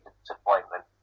disappointment